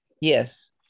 Yes